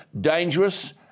dangerous